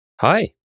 Hi